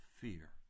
fear